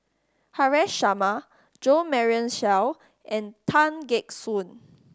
Haresh Sharma Jo Marion Seow and Tan Gek Suan